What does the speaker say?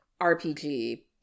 RPG